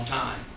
time